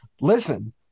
Listen